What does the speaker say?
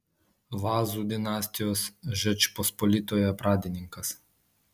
vazų dinastijos žečpospolitoje pradininkas